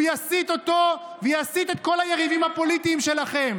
הוא יסיט אותו ויסיט את כל היריבים הפוליטיים שלכם,